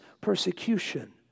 persecution